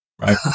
right